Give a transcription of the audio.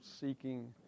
seeking